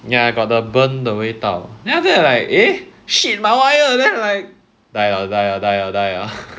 ya I got the burn 的味道 then after that like eh shit my wire then I like die liao die liao die liao